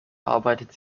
arbeitete